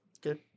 Good